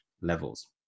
levels